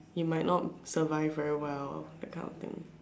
you might not survive very well that kind of thing